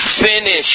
Finish